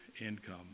income